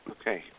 Okay